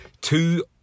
Two